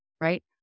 right